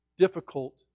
Difficult